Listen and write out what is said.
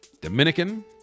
Dominican